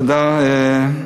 תודה.